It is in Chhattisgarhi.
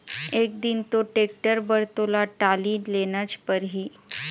एक दिन तो टेक्टर बर तोला टाली लेनच परही